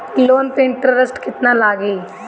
Loan पे interest केतना लागी?